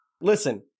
Listen